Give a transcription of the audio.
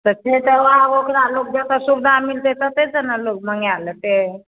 तऽ फेर लोक ओकरा जतय सुविधा मिलतै ततहिसँ ने लोक मँगाए लेतै